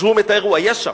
והוא מתאר, הוא היה שם.